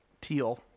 Teal